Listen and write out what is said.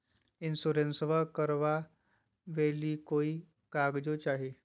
इंसोरेंसबा करबा बे ली कोई कागजों चाही?